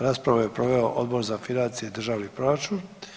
Raspravu je proveo Odbor za financije i državni proračun.